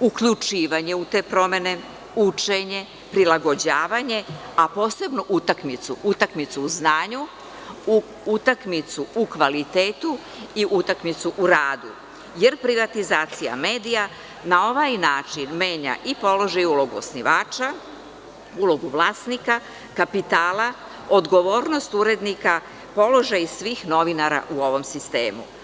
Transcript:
uključivanje u te promene, učenje, prilagođavanje, a posebno utakmicu, utakmicu u znanju, utakmicu u kvalitetu i utakmicu u radu, jer privatizacija medija na ovaj način menja i položaj i ulogu osnivača, ulogu vlasnika, kapitala, odgovornost urednika, položaj svih novinara u ovom sistemu.